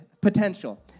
potential